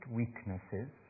weaknesses